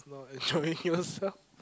it's about enjoying yourself